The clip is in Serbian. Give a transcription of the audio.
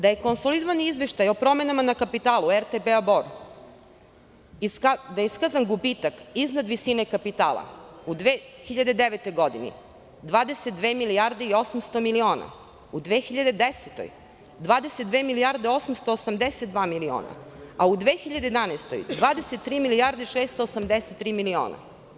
Da je konsolidovani izveštaj o promenama na kapitalu RTB Bor da je iskazan gubitak iznad visine kapitala, u 2009. godini 22 milijarde i 800 miliona, u 2010. godini 22 milijarde 882 miliona, a u 2011. godini 23 milijarde 683 miliona.